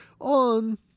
on